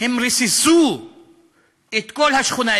ריססו את כל השכונה,